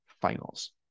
finals